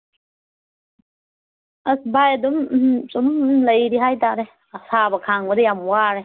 ꯑꯁ ꯚꯥꯏ ꯑꯗꯨꯝ ꯎꯝꯍꯨꯝ ꯁꯨꯝ ꯑꯗꯨꯝ ꯂꯩꯔꯤ ꯍꯥꯏꯇꯥꯔꯦ ꯑꯁꯥꯕ ꯈꯥꯡꯕꯗ ꯌꯥꯝ ꯋꯥꯔꯦ